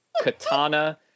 katana